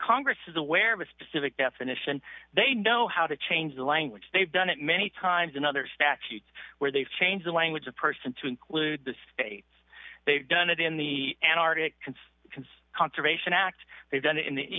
congress is aware of a specific definition they know how to change the language they've done it many times in other statutes where they've changed the language a person to include the states they've done it in the antarctic consume consume conservation act they've done it in the